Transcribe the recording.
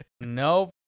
Nope